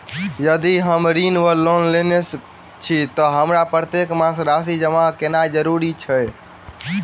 यदि हम ऋण वा लोन लेने छी तऽ हमरा प्रत्येक मास राशि जमा केनैय जरूरी छै?